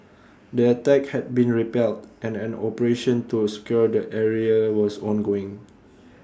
the attack had been repelled and an operation to secure the area was ongoing